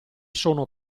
sono